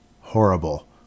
horrible